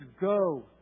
go